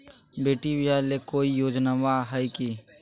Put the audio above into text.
बेटी ब्याह ले कोई योजनमा हय की?